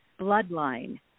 Bloodline